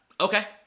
Okay